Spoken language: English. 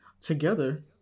Together